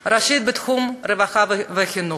ראשית, בתחום הרווחה והחינוך,